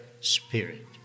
spirit